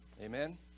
amen